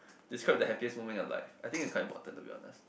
describe the happiest moment in your life I think it's quite important to be honest